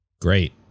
Great